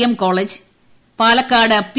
M college Palakkad P